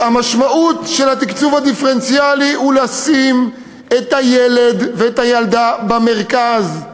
והמשמעות של התקצוב הדיפרנציאלי היא לשים את הילד ואת הילדה במרכז,